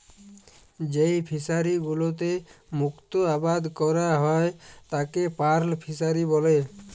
যেই ফিশারি গুলোতে মুক্ত আবাদ ক্যরা হ্যয় তাকে পার্ল ফিসারী ব্যলে